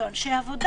או אנשי עבודה,